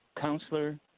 Counselor